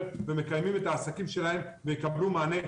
ומקיימים את העסקים שלהם ויקבלו מענה,